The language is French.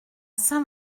saint